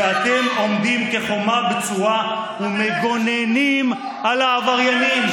ואתם עומדים כחומה בצורה ומגוננים על העבריינים.